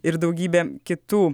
ir daugybė kitų